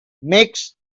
makes